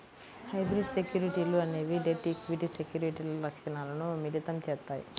hybrid సెక్యూరిటీలు అనేవి debt, equity సెక్యూరిటీల లక్షణాలను మిళితం చేత్తాయి